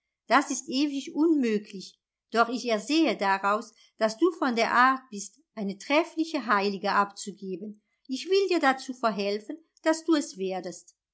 das ist ewig unmöglich doch ich ersehe daraus daß du von der art bist eine treffliche heilige abzugeben ich will dir dazu verhelfen daß du es werdest